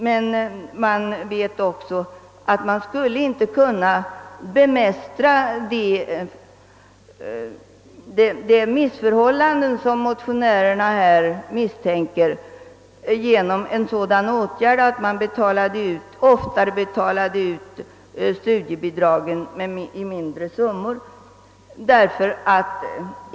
Men man vet också att de missförhållanden som motionärerna åberopar inte skulle kunna bemästras genom att man betalade ut studiebidragen oftare och i mindre poster.